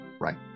Right